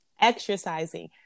exercising